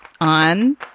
on